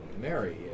Mary